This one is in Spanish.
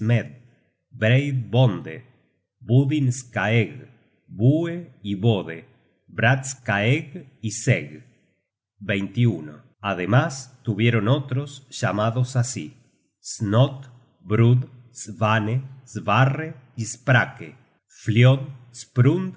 bue y bodde brattskaegg y se ademas tuvieron otros llamados así snot brud svanne svarre y